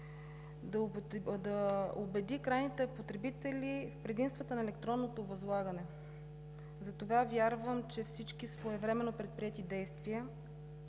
на платформата и в предимствата на електронното възлагане. Затова вярвам, че всички своевременно предприети действия